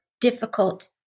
difficult